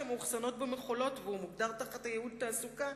שמאוחסנות בו מכולות והוא מוגדר תחת הייעוד תעסוקה,